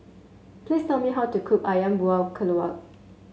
please tell me how to cook ayam Buah Keluak